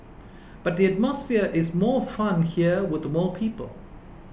but the atmosphere is more fun here with more people